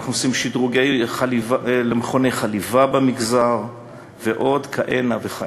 אנחנו עושים שדרוג למכוני חליבה במגזר ועוד כהנה וכהנה.